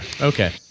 Okay